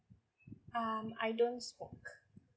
um I don't smoke